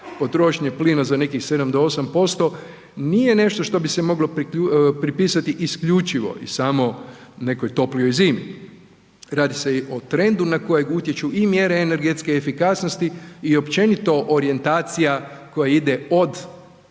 potrošnje plina za nekih 7 do 8%, nije nešto što bi se moglo pripisati isključivo i samo nekoj toplijoj zimi, radi se o trendu na kojeg utječu i mjere energetske efikasnosti i općenito orijentacija koji ide od